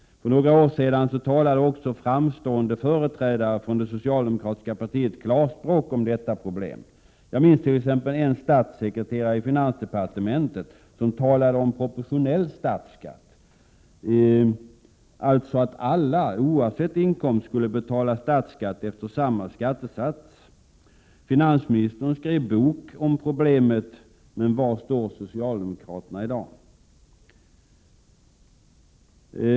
För några år sedan talade också framstående företrädare för det socialde mokratiska partiet klarspråk om detta problem. Jag minns t.ex. en statssekreterare i finansdepartementet som talade om proportionell statsskatt, dvs. att alla oavsett inkomst skulle betala statsskatt efter samma skattesats. Finansministern skrev en bok om problemet. Men var står socialdemokraterna i dag?